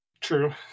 True